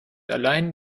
allein